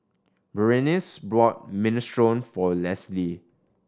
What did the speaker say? Berenice bought Minestrone for Lesli